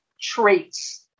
traits